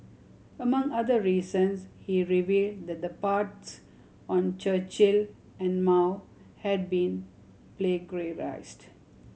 among other reasons he revealed that the parts on Churchill and Mao had been plagiarised